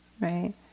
right